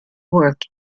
work